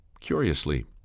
curiously